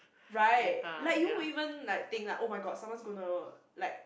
right like you won't even like think like oh-my-god someone's gonna like